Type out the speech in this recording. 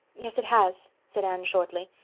yes, it has, said anne shortly.